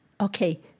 okay